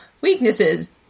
Weaknesses